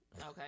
Okay